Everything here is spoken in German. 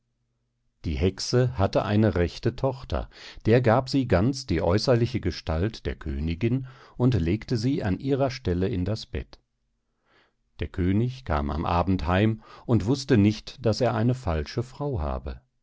die hexe hatte eine rechte tochter der gab sie ganz die äußerliche gestalt der königin und legte sie an ihrer stelle in das bett der könig kam am abend heim und wußte nicht daß er eine falsche frau habe